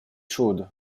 chaude